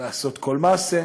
לעשות כל מעשה.